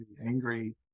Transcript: angry